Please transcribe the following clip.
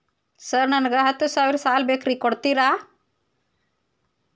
Sir ನನಗ ಹತ್ತು ಸಾವಿರ ಸಾಲ ಬೇಕ್ರಿ ಕೊಡುತ್ತೇರಾ?